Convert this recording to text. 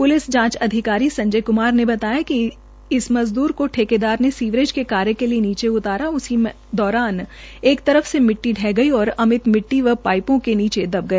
police जांच अधिकारी संजय कुमार ने बताया कि इस मजद्र को ठेकेदार ने सीवरेज के कार्य करने लिए नीचे उतारा उसी दौरान एक तरफ से मिटटी ढ़ह गई और अमित मिटटी व पाइपो के नीचे दब गया